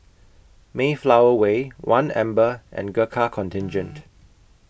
Mayflower Way one Amber and Gurkha Contingent